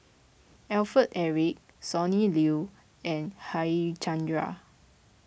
Alfred Eric Sonny Liew and Harichandra